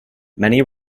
many